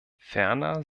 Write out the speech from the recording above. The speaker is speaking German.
ferner